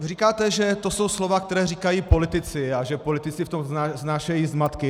Říkáte, že to jsou slova, která říkají politici, a že politici v tom vznášejí zmatky.